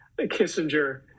Kissinger